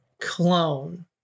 clone